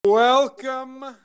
welcome